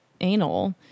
anal